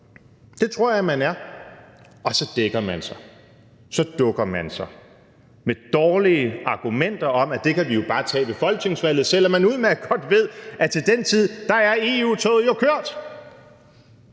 Det tror jeg man er, og så dækker man sig, så dukker man sig, med dårlige argumenter om, at det kan vi jo bare tage ved folketingsvalget, selv om man udmærket godt ved, at til den tid er EU-toget jo kørt.